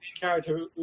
character